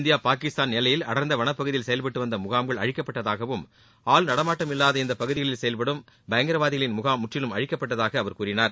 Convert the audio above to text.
இந்திய பாகிஸ்தான் எல்லையில் அடர்ந்த வனப்பகுதியில் செயல்பட்டு வந்த முகாம்கள் அழிக்கப்பட்டதாகவும் ஆள்நடமாட்டம் இல்லாத இந்த பகுதியில் செயல்படும் பயங்கரவாதிகளின் முகாம் முற்றிலும் அழிக்கப்பட்டதாக அவர் கூறினார்